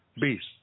beast